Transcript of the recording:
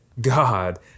God